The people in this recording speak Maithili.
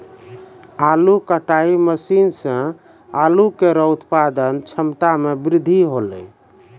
आलू कटाई मसीन सें आलू केरो उत्पादन क्षमता में बृद्धि हौलै